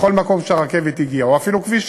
לכל מקום שהרכבת הגיעה אליו,